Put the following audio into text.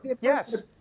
Yes